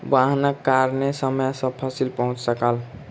वाहनक कारणेँ समय सॅ फसिल पहुँच सकल